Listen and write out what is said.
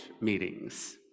meetings